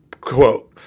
quote